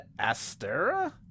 Astera